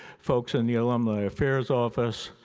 folks in the alumni affairs office,